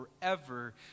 forever